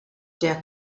der